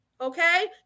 Okay